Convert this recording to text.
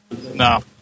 No